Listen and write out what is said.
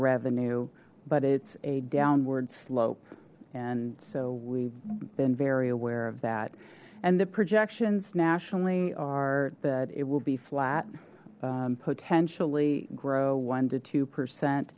revenue but it's a downward slope and so we've been very aware of that and the projections nationally are that it will be flat potentially grow one to two